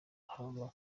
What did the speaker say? haba